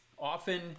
often